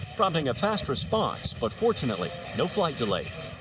prompting a fast response but fortunately no flight delays.